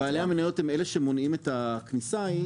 -- בעלי המניות הם אלה שמונעים את הכניסה זה